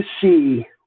see